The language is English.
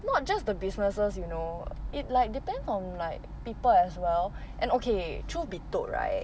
not just the businesses you know it like depends on like people as well and okay truth be told right